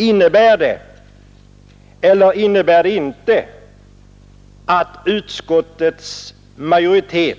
Innebär den eller innebär den inte att utskottets majoritet